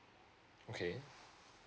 okay